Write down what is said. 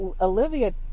Olivia